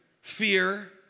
fear